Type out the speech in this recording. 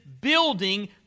building